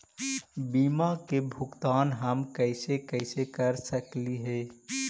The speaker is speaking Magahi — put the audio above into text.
बीमा के भुगतान हम कैसे कैसे कर सक हिय?